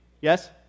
yes